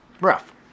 Rough